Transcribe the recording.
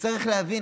וצריך להבין,